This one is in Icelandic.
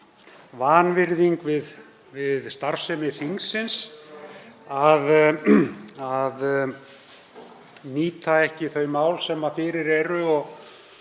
vanvirðing við starfsemi þingsins að nýta ekki þau mál sem fyrir eru og